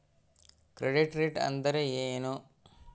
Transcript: Credit rate ಅಂದರೆ ಏನು?